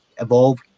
evolve